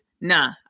nah